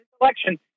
election-